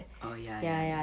orh ya ya ya